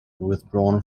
withdrawn